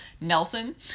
Nelson